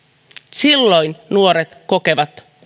silloin nuoret kokevat